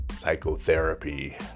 psychotherapy